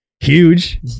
Huge